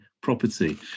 property